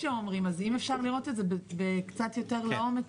אז אם אפשר לראות את זה קצת יותר לעומק